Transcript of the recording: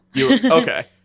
Okay